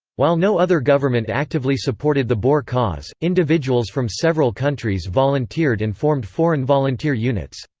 while no other government actively supported the boer cause, individuals from several countries volunteered and formed foreign volunteer units.